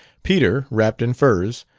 peter, wrapped in furs,